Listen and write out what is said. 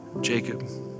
Jacob